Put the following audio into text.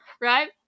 Right